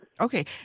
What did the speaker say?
Okay